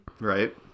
Right